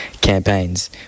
campaigns